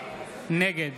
נגד